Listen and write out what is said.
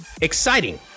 exciting